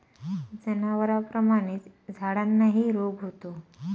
जनावरांप्रमाणेच झाडांनाही रोग होतो